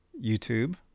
youtube